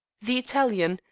the italian,